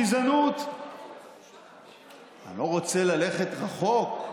בגזענות, אני לא רוצה ללכת רחוק,